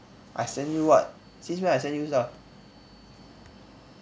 I send you what since when I send you stuff